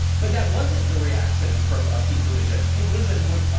but that wasn't the reaction from pete buttigieg. pete buttigieg was like,